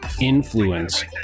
Influence